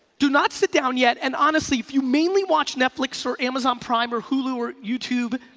do not sit down yet. and honestly if you mainly watch netflix or amazon prime or hulu or youtube,